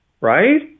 right